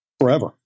forever